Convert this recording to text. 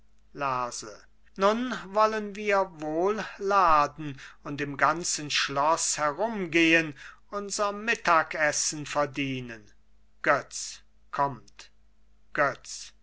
lerse nun wollen wir wohl laden und im ganzen schloß herumgehen unser mittagessen verdienen götz kommt götz